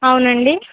అవునండి